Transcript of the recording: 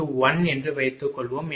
0 என்று வைத்துக்கொள்வோம்